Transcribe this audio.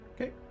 Okay